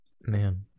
Man